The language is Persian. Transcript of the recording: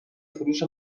فروش